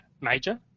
major